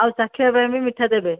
ଆଉ ଚାଖିବା ପାଇଁ ବି ମିଠା ଦେବେ